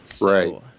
Right